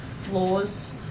floors